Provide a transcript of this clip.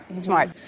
Smart